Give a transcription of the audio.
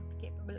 capable